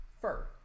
fur